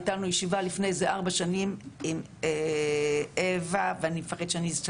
הייתה לנו ישיבה לפני כארבע שנים עם אווה מדז'יבוז'.